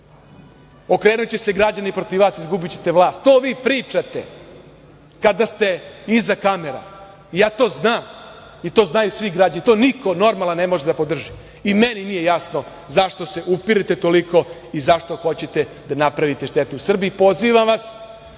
Okrenuće se građani protiv vas, izgubićete vlast - to vi pričate kada ste iza kamera. Ja to znam i to znaju svi građani i to niko normalan ne može da podrži i meni nije jasno zašto se upirete toliko i zašto hoćete da napravite štetu